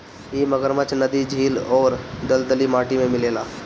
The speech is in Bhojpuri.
इ मगरमच्छ नदी, झील अउरी दलदली माटी में मिलेला